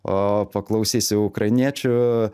o paklausysiu ukrainiečių